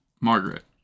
Margaret